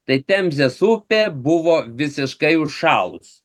tai temzės upė buvo visiškai užšalus